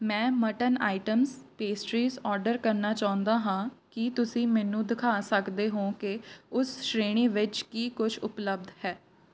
ਮੈਂ mutton items pastries order ਕਰਨਾ ਚਾਹੁੰਦਾ ਹਾਂ ਕੀ ਤੁਸੀਂ ਮੈਨੂੰ ਦਿਖਾ ਸਕਦੇ ਹੋ ਕਿ ਉਸ ਸ਼੍ਰੇਣੀ ਵਿੱਚ ਕੀ ਕੁਛ ਉਪਲੱਬਧ ਹੈ